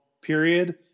period